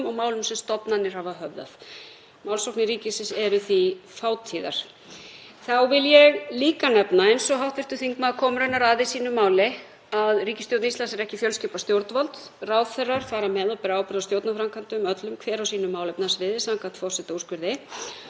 að ríkisstjórn Íslands er ekki fjölskipað stjórnvald. Ráðherrar fara með og bera ábyrgð á stjórnarframkvæmdum öllum, hver á sínu málefnasviði samkvæmt forsetaúrskurði. Því ræðst það af skiptingu stjórnarmálefna milli ráðuneyta og ráðherra hvaða ráðherra og ráðuneyti fara með málsforræði í einstökum málum og taka þá ákvörðun um málshöfðun eða áfrýjun.